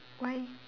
why